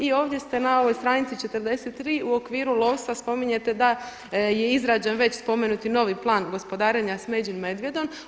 I ovdje ste na ovoj stranici 43. u okviru lovstva spominjete da je izrađen već spomenuti novi plan gospodarenja smeđim medvjedom.